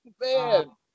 man